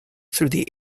through